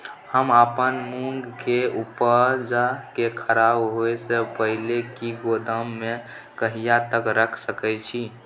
हम अपन मूंग के उपजा के खराब होय से पहिले ही गोदाम में कहिया तक रख सके छी?